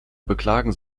beklagen